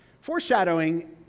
Foreshadowing